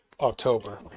october